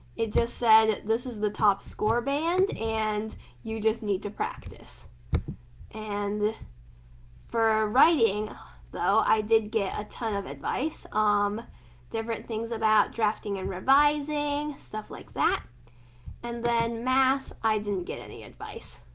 it just said this is the top score band and you just need to practice and for writing though, i did get a ton of advice um different things about drafting and revising, stuff like that and then math, i didn't get any advice.